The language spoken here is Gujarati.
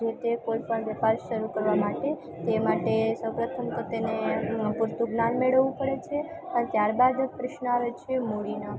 જેતે કોઈપણ વેપાર શરૂ કરવા માટે તે માટે સૌપ્રથમ તો તેને પૂરતું જ્ઞાન મેળવવું પડે છે ત્યારબાદ પ્રશ્ન આવે છે મૂડીનો